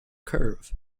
curve